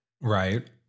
Right